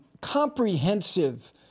comprehensive